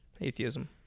Atheism